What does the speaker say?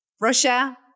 Russia